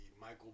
Michael